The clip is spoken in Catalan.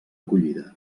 acollida